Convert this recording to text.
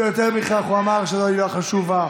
ויותר מכך, הוא אמר שזו הילולה חשובה.